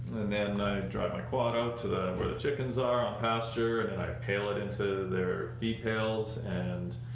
and then i drive my quad out to the where the chickens are on pasture and and i pail it into their feed pails and.